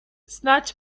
snadź